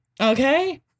Okay